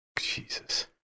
Jesus